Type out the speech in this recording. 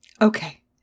Okay